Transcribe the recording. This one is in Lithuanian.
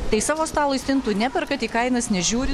tai savo stalui stintų neperkat į kainas nežiūrit